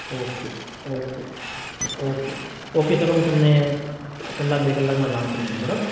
okay okay okay okay ચાલો હું તમને ક કલાક બે કલાકમાં જાણ કરું મેડમ બરાબર